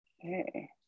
Okay